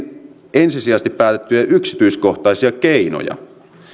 ensisijaisesti päätettyjä yksityiskohtaisia keinoja